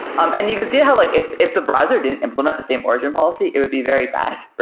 um and you could see how like if if the browser didn't implement the same origin policy, it would be very bad,